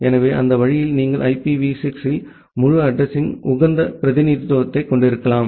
எனவே அந்த வழியில் நீங்கள் ஐபிவி 6 இல் முழு அட்ரஸிங்யின் உகந்த பிரதிநிதித்துவத்தைக் கொண்டிருக்கலாம்